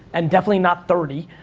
and definitely not thirty,